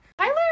Tyler